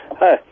Hi